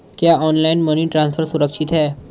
क्या online money transfer सुरक्षित है?